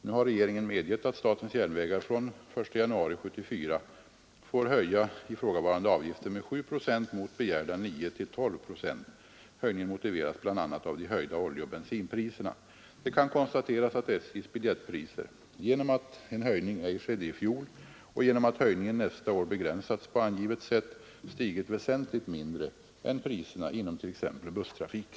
Nu har regeringen medgett att statens järnvägar från den 1 januari 1974 får höja ifrågavarande avgifter med 7 procent mot begärda 9—12 procent. Höjningen motiveras bl.a. av de höjda oljeoch bensinpriserna. Det kan konstateras att SJ:s biljettpriser — genom att en höjning ej skedde i fjol och genom att höjningen nästa år begränsats på angivet sätt — stigit väsentligt mindre än priserna inom t.ex. busstrafiken.